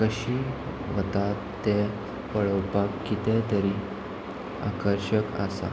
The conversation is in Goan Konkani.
कशी वतात तें पळोवपाक कितें तरी आकर्शक आसा